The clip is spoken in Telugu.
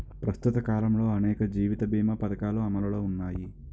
ప్రస్తుత కాలంలో అనేక జీవిత బీమా పధకాలు అమలులో ఉన్నాయి